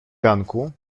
ganku